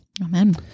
Amen